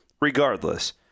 Regardless